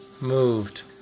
moved